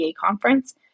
conference